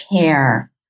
care